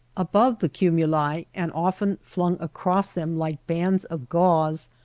above the cumuli and often flung across them like bands of gauze,